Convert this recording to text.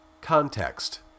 Context